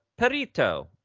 Perito